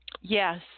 Yes